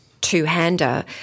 two-hander